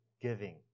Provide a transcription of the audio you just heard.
giving